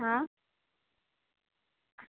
હા